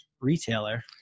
retailer